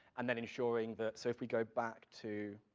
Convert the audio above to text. and then ensuring that, so if we go back to